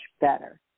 better